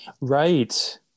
Right